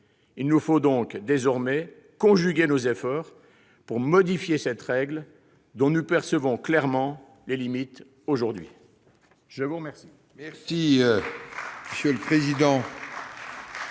Il nous faut donc désormais conjuguer nos efforts pour modifier cette règle, dont nous percevons clairement, aujourd'hui, les limites.